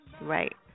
Right